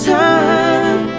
time